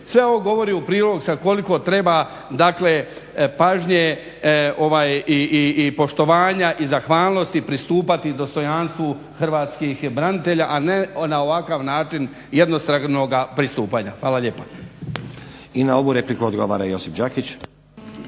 Sve ovo govori u prilog koliko treba dakle pažnje i poštovanja i zahvalnosti pristupati dostojanstvu hrvatskih branitelja, a ne na ovakav način jednostranoga pristupanja. Hvala lijepa. **Stazić, Nenad (SDP)** I na ovu repliku odgovara Josip Đakić.